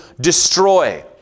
destroy